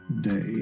Day